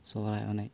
ᱥᱚᱦᱚᱨᱟᱭ ᱮᱱᱮᱡ